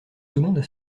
secondes